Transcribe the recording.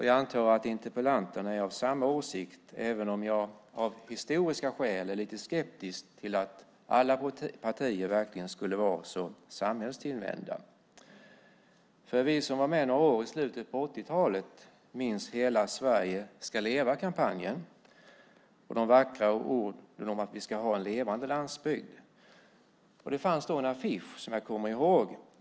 Jag antar att interpellanterna är av samma åsikt, även om jag av historiska skäl är lite skeptisk till att alla partier verkligen skulle vara så samhällstillvända. Vi som var med några år i slutet av 80-talet minns kampanjen Hela Sverige ska leva och de vackra orden om att vi ska ha en levande landsbygd. Det fanns då en affisch som jag kommer ihåg.